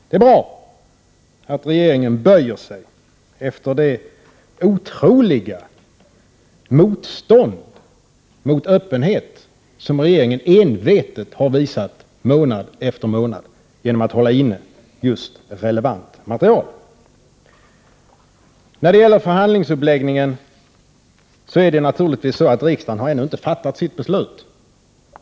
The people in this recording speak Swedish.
Det är bra att regeringen böjer sig efter det otroliga motstånd mot öppenhet som regeringen envetet visat månad efter månad genom att hålla inne relevant material. När det gäller förhandlingsuppläggningen är det naturligtvis så, att riksdagen ännu inte har fattat sitt beslut.